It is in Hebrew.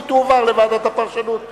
היא תועבר לוועדת הפרשנות ותידון.